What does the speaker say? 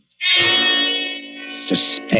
Suspense